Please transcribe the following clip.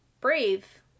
Brave